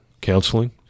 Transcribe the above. counseling